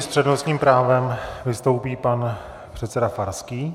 S přednostním právem vystoupí pan předseda Farský.